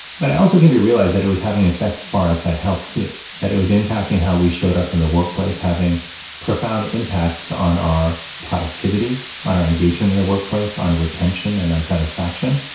but it also can be realized that it was having effects far outside health too, that it was impacting how we showed up in the workplace, having profound impacts on our productivity, on our engagement in the workplace on retention, and unsatisfaction,